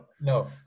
no